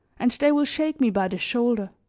and they will shake me by the shoulder